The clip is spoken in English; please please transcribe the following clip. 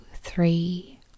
three